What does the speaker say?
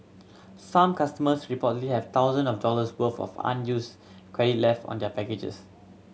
some customers reportedly have thousand of dollars worth of unused credit left on their packages